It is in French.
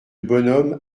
bonhomme